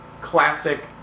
classic